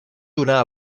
donar